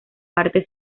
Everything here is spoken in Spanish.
parte